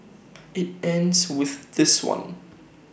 IT ends with this one